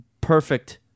perfect